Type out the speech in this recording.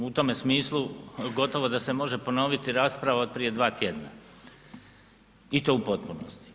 U tome smislu gotovo da se može ponoviti rasprava od prije dva tjedna i to u potpunosti.